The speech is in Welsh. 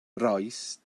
rois